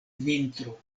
vintro